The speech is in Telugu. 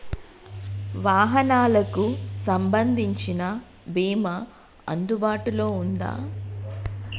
వాహనాలకు సంబంధించిన బీమా అందుబాటులో ఉందా?